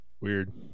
Weird